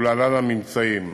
ולהלן הממצאים: